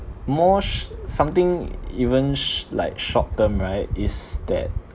more sh~ something e~ even sh~ like short term right is that